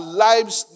lives